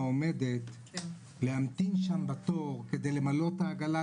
עומדת להמתין שם בתור כדי למלא את העגלה,